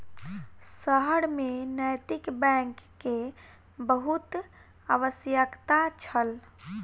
शहर में नैतिक बैंक के बहुत आवश्यकता छल